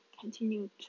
continue